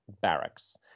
barracks